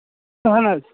اَہَن حظ